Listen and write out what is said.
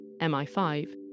MI5